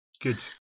Good